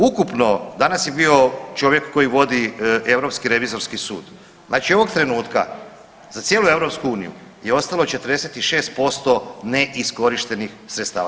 Ukupno danas je bio čovjek koji vodi Europski revizorski sud, znači ovog trenutka za cijelu EU je ostalo 46% neiskorištenih sredstava.